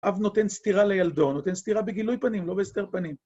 אב נותן סטירה לילדו, נותן סטירה בגילוי פנים, לא בהסתר פנים.